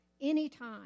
anytime